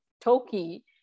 Toki